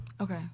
Okay